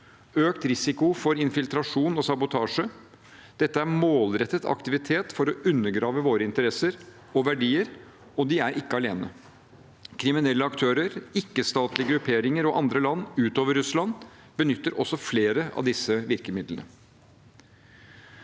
økt risiko for infiltrasjon og sabotasje. Dette er målrettet aktivitet for å undergrave våre interesser og verdier, og de er ikke alene. Kriminelle aktører, ikke-statlige grupperinger og andre land utover Russland benytter også flere av disse virkemidlene.